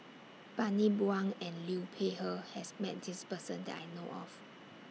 Bani Buang and Liu Peihe has Met This Person that I know of